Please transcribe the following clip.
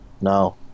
No